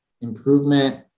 improvement –